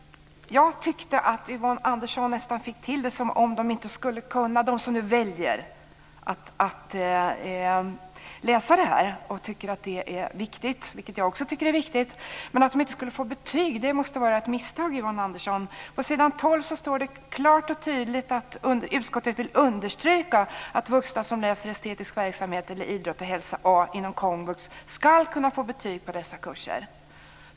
Jag tyckte att Yvonne Andersson nästan fick det till att de som nu väljer att läsa dessa ämnen och tycker att de är viktiga, något som också jag tycker, inte skulle få betyg. Det måste vara ett misstag, Yvonne Andersson. På s. 12 står det klart och tydligt att:"Utskottet vill understryka att vuxna som läser Estetisk verksamhet eller Idrott och hälsa A inom komvux skall kunna på betyg på dessa kurser.